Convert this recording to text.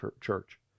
church